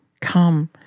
Come